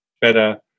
better